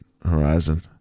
Horizon